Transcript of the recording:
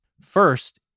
First